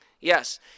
Yes